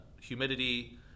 humidity